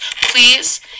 Please